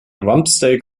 rumpsteak